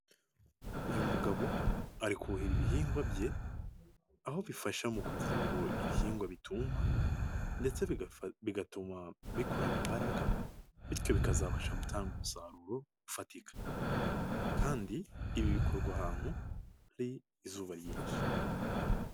Uyu mugabo ari kuhira ibihingwa bye aho bifasha mu kugira ngo ibihingwa bituma ndetse bigatuma bikurana imbaraga bityo bikazabasha gutanga umusaruro ufatika kandi ibi bikorwa ahantu hari izuba ryinshi.